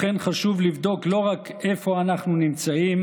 לכן חשוב לבדוק לא רק איפה אנחנו נמצאים,